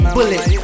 Bullet